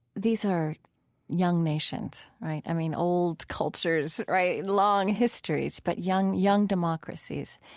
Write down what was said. these are young nations, right? i mean, old cultures, right? long histories, but young young democracies,